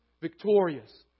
victorious